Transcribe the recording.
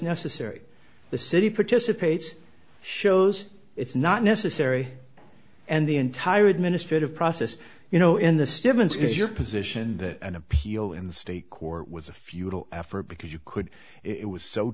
necessary the city participates shows it's not necessary and the entire administrative process you know in the stevens is your position that an appeal in the state court was a futile effort because you could it was so